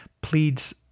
pleads